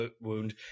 wound